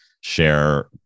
share